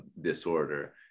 disorder